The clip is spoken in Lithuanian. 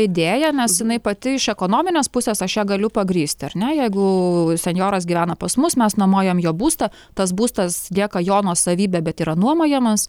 idėja nes jinai pati iš ekonominės pusės aš ją galiu pagrįsti ar ne jeigu senjoras gyvena pas mus mes nuomojam jo būstą tas būstas lieka jo nuosavybė bet yra nuomojamas